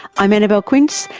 i'm annabelle quince,